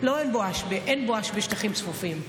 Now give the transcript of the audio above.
אין בואש בשטחים צפופים.